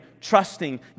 trusting